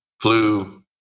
flu